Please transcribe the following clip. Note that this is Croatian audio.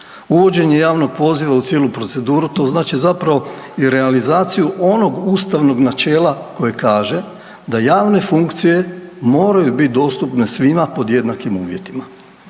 Uvođenje javnog poziva u cijelu proceduru to znači zapravo i realizaciju onog ustavnog načela koje kaže da javne funkcije moraju bit dostupne svima pod jednakim uvjetima.